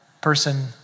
person